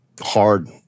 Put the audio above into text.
hard